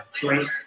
great